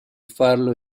farlo